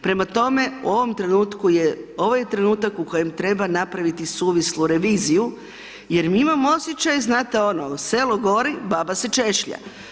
Prema tome u ovom trenutku je, ovo je trenutak u kojem treba napraviti suvislu reviziju jer mi imamo osjećaj, znate ono selo gori baba se češlja.